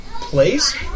place